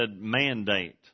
mandate